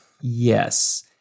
Yes